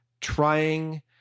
trying